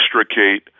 extricate